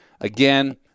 again